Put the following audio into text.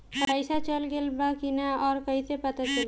पइसा चल गेलऽ बा कि न और कइसे पता चलि?